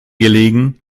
gelegen